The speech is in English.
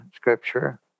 scripture